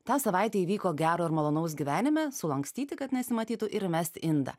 tą savaitę įvyko gero ar malonaus gyvenime sulankstyti kad nesimatytų ir įmesti į indą